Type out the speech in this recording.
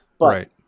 Right